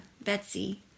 Betsy